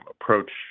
approach